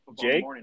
Jake